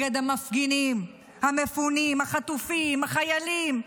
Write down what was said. המפגינים, המפונים, החטופים, החיילים.